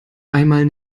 einmal